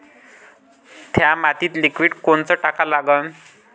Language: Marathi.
थ्या मातीत लिक्विड कोनचं टाका लागन?